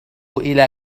إلى